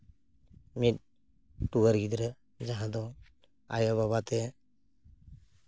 ᱢᱤᱫ ᱴᱩᱣᱟᱹᱨ ᱜᱤᱫᱽᱨᱟᱹ ᱡᱟᱦᱟᱸᱭ ᱫᱚ ᱟᱭᱳᱼᱵᱟᱵᱟ ᱛᱮ